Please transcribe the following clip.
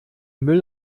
müll